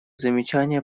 замечания